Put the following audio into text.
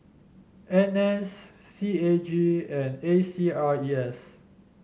N S C A G and A C R E S